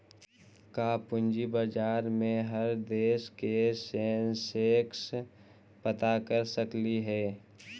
का पूंजी बाजार में हर देश के सेंसेक्स पता कर सकली हे?